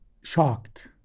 shocked